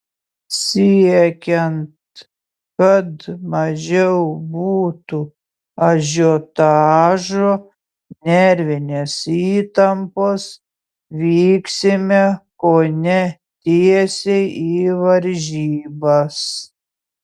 siekiant kad mažiau būtų ažiotažo nervinės įtampos vyksime kone tiesiai į varžybas